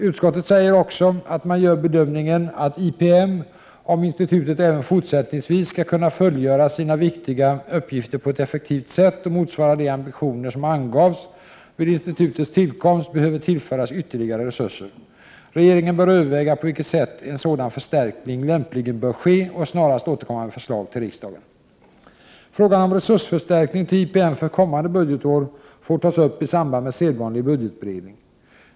Utskottet säger också att man gör bedömningen att ”IPM, om institutet även fortsättningsvis skall kunna fullgöra sina viktiga uppgifter på ett effektivt sätt och motsvara de ambitioner som angavs vid institutets tillkomst, behöver tillföras ytterligare resurser. Regeringen bör överväga på vilket sätt en sådan förstärkning lämpligen bör ske och snarast återkomma med förslag till riksdagen.” Frågan om resursförstärkning till IPM för kommande budgetår får tas upp i samband med sedvanlig budgetberedning.